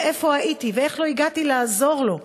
ואיפה הייתי ואיך לא הגעתי לעזור לו.